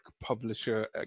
publisher